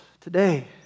today